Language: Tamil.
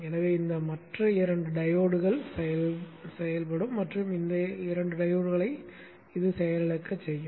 எனவே இந்த மற்ற 2 டையோட்கள் செயல்படும் மற்றும் இந்த 2 டையோட்களை செயலிழக்கச் செய்யும்